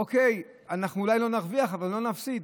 אוקיי, אנחנו אולי לא נרוויח, אבל לא נפסיד.